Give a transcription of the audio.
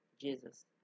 Jesus